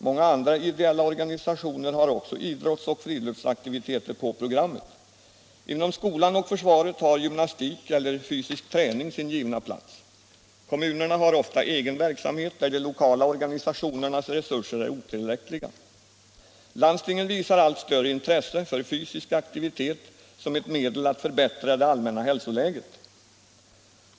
Många andra ideella organisationer har också idrotts och friluftsaktiviteter på programmet. Inom skolan och försvaret har ”gymnastik” eller ”fysisk träning” sin givna plats. Kommunérna har ofta egen verksamhet, där de lokala organisationernas resurser är otillräckliga. Landstingen visar allt större intresse för fysisk aktivitet som ett medel att förbättra det allmänna hälsoläget.